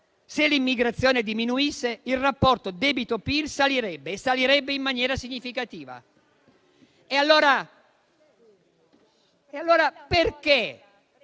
se l'immigrazione diminuisse, il rapporto debito-PIL salirebbe e anche in maniera significativa. E allora perché